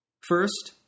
First